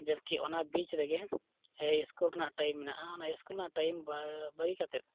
ᱡᱚᱵᱽ ᱠᱤ ᱚᱱᱟ ᱵᱤᱡᱽ ᱨᱮᱜᱮ ᱮᱭ ᱤᱥᱠᱩᱞ ᱨᱮᱱᱟᱜ ᱴᱟᱭᱤᱢ ᱢᱮᱱᱟᱜᱼᱟ ᱚᱱᱟ ᱤᱥᱠᱩᱞ ᱨᱮᱱᱟᱜ ᱴᱟᱭᱤᱢ ᱵᱟᱹᱜᱤ ᱠᱟᱛᱮᱫ